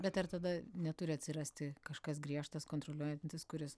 bet ar tada neturi atsirasti kažkas griežtas kontroliuojantis kuris